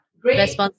Great